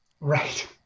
Right